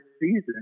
season